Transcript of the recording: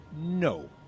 No